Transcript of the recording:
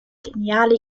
geniale